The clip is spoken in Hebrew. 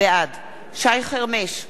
בעד שי חרמש,